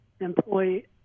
employee